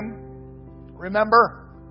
Remember